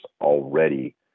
already